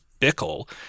Bickle